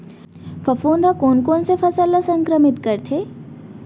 फफूंद ह कोन कोन से फसल ल संक्रमित करथे?